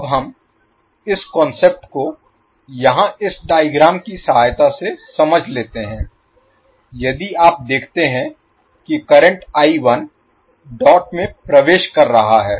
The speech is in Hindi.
अब हम इस कांसेप्ट को यहाँ इस डायग्राम की सहायता से समझ लेते हैं यदि आप देखते हैं कि करंट डॉट में प्रवेश कर रहा है